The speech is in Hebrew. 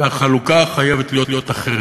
והחלוקה חייבת להיות אחרת.